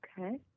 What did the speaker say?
Okay